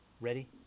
Ready